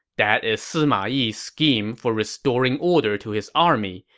that is sima yi's scheme for restoring order to his army.